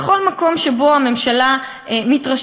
בכל מקום שבו הממשלה מתרשלת,